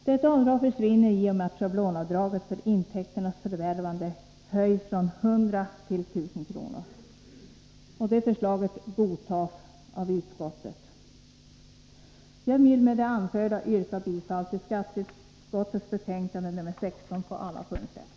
Detta avdrag försvinner i och med att schablonavdraget för intäkternas förvärvande höjs från 100 till 1.000 kr. Detta förslag godtas av utskottet. Jag vill med det anförda yrka bifall till skatteutskottets hemställan i dess betänkande nr 16 på alla punkter.